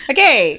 Okay